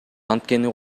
анткени